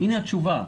הנה התשובה: